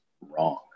wrong